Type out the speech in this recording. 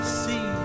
see